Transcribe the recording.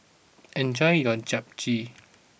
enjoy your Japchae